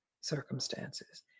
circumstances